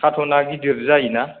कारथुना गिदिर जायोना